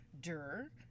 Dur